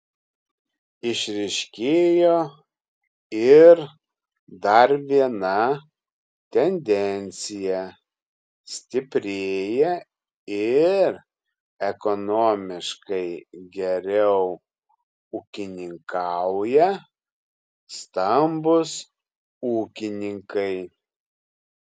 išryškėjo ir dar viena tendencija stiprėja ir ekonomiškai geriau ūkininkauja stambūs ūkininkai